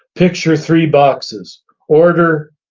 picture three boxes order,